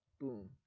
Boom